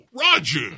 Roger